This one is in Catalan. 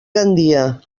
gandia